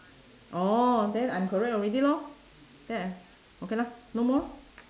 orh then I'm correct already lor yeah okay lah no more lor